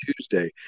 Tuesday